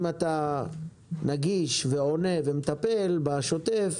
אם אתה נגיש, עונה ומטפל בשוטף,